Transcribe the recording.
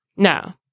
No